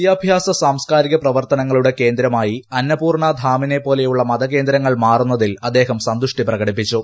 വിദ്യാഭ്യാസ സാംസ്കാരിക പ്രവർത്തനങ്ങളുടെ കേന്ദ്രമായി അന്നപൂർണ്ണ ധാമിനെ പോലെയുള്ള മതകേന്ദ്രങ്ങൾ മാറുന്നതിൽ അദ്ദേഹം സന്തുഷ്ടി പ്രകടിപ്പിച്ചു